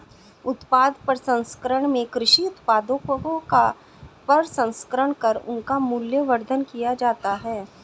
उत्पाद प्रसंस्करण में कृषि उत्पादों का प्रसंस्करण कर उनका मूल्यवर्धन किया जाता है